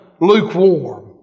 lukewarm